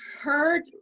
heard